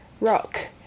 rock